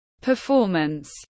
performance